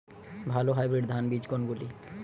ভালো হাইব্রিড ধান বীজ কোনগুলি?